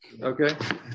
Okay